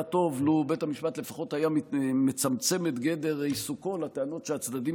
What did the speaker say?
היה טוב לו בית המשפט לפחות היה מצמצם את גדר עיסוקו לטענות שהצדדים